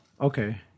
Okay